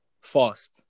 fast